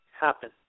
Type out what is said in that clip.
happen